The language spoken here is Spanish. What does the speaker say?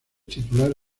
titular